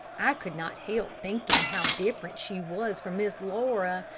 i could not help thinking how different she was from miss laura,